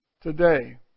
today